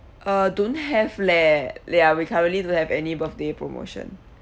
uh don't have leh ya we currently don't have any birthday promotion